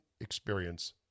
experience